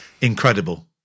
incredible